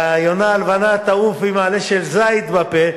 והיונה הלבנה תעוף עם עלה של זית בפה,